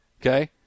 Okay